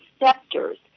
receptors